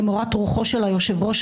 למורת רוחו של היושב ראש,